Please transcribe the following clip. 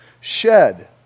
shed